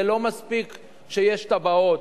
זה לא מספיק שיש תב"עות,